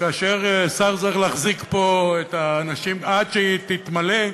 שכאשר שר צריך להחזיק פה את האנשים עד שהיא תתמלא,